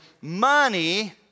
money